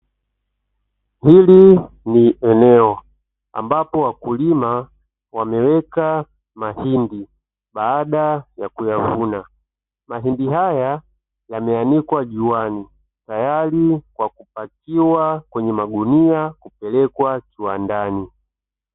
H ili ni eneo ambapo wakulima wameweka mahindi baada ya kuyavuna, mahindi haya yameandikwa juani tayari kwa kupatiwa kwenye magunia kupelekwa kiwandani.